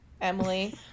Emily